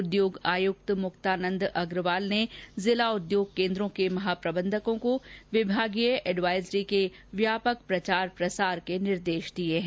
उद्योग आयुक्त मुक्तानन्द अग्रवाल ने जिला उद्योग केन्द्रों के महाप्रबंधकों को विभागीय एडवाइजरी के व्यापक प्रचार प्रसार के निर्देश दिए हैं